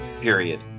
period